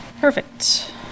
Perfect